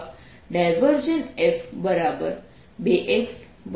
f 2x 6xz 2zx મળે છે